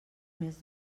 més